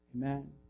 Amen